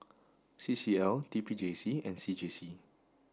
C C L T P J C and C J C